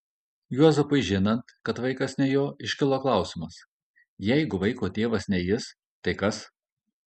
juozapui žinant kad vaikas ne jo iškilo klausimas jeigu vaiko tėvas ne jis tai kas